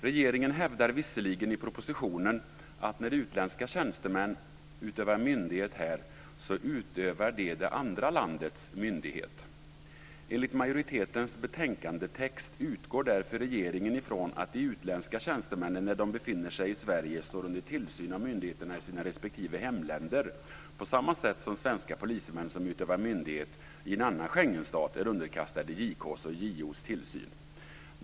Regeringen hävdar visserligen i propositionen att när utländska tjänstemän utövar myndighet här så utövar de det andra landets myndighet. Enligt majoritetens betänkandetext utgår därför regeringen ifrån att de utländska tjänstemännen när de befinner sig i Sverige står under tillsyn av myndigheterna i sina respektive hemländer på samma sätt som svenska polismän som utövar myndighet i en annan Schengenstat är underkastade JK:s och JO:s tillsyn.